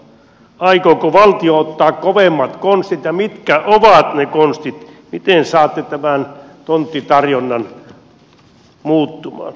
aikooko valtio ottaa kovemmat konstit ja mitkä ovat ne konstit miten saatte tämän tonttitarjonnan muuttumaan